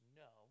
no